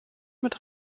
mit